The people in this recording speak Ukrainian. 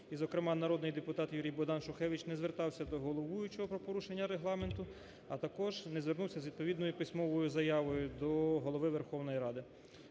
зокрема, народний депутат Юрій-Богдан Шухевич не звертався до головуючого про порушення Регламенту, а також не звернувся з відповідною письмовою заявою до Голови Верховної Ради.